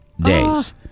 days